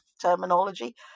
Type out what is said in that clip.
terminology